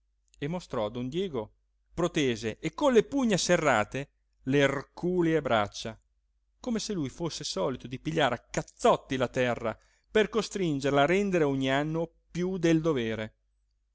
e mostrò a don diego protese e con le pugna serrate le erculee braccia come se lui fosse solito di pigliare a cazzotti la terra per costringerla a rendere ogni anno piú del dovere